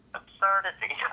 absurdity